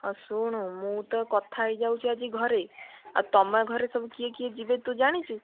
ହଁ ଶୁଣୁ ମୁଁ ତ କଥା ହେଇଯାଉଚି ଆଜି ଘରେ ଆଉ ତମ ଘରେ ସବୁ କିଏ କିଏ ଯିବେ ତୁ ଜାଣିଛୁ